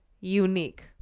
unique